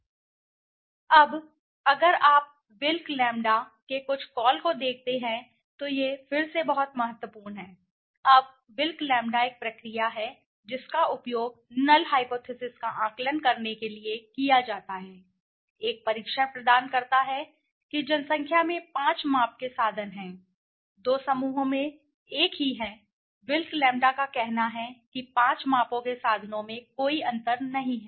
अब अगला है अगर आप विल्क लैंबडा के कुछ कॉल को देखते हैं तो यह फिर से बहुत महत्वपूर्ण है अब विल्क लैंबडा एक प्रक्रिया है जिसका उपयोग नल हाइपोथिसिस का आकलन करने के लिए किया जाता है एक परीक्षण प्रदान करता है कि जनसंख्या में 5 माप के साधन हैं दो समूहों में एक ही है विल्क लैंबडा का कहना है कि 5 मापों के साधनों में कोई अंतर नहीं है